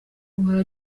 guhora